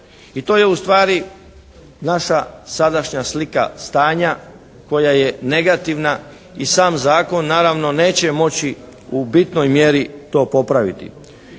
i to je ustvari naša sadašnja slika stanja koja je negativna i sam zakon naravno neće moći u bitnoj mjeri to popraviti.